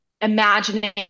imagining